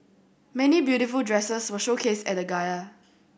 many beautiful dresses were showcased at the gala